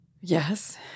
Yes